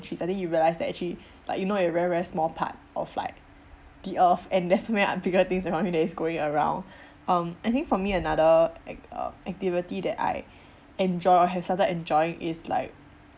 which suddenly you realise that actually like you know you're a very very small part of like the earth and there's so many uh bigger things around me that is going around um I think for me another ac~ uh activity that I enjoy have started enjoying is like